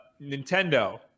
Nintendo